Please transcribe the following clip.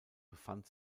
befand